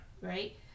Right